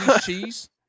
cheese